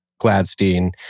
Gladstein